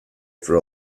for